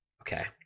Okay